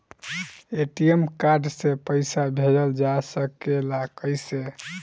ATM card से पइसा भेजल जा सकेला कइसे?